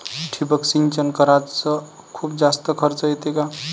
ठिबक सिंचन कराच खूप जास्त खर्च येतो का?